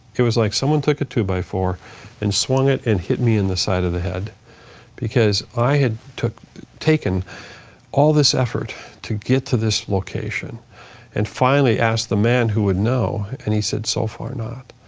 it was like someone took a two by four and swung it and hit me in the side of the head because i had taken all this effort to get to this location and finally asked the man who would know and he said so far not.